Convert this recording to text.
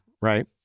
right